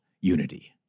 unity